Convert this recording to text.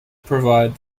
provide